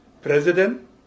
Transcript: president